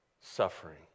Suffering